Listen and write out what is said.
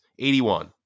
81